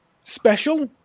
special